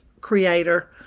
creator